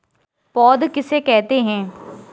पौध किसे कहते हैं?